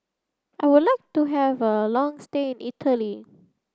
I would like to have a long stay in Italy